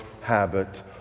habit